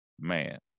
Man